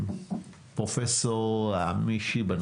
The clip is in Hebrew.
פרופסור משיבה,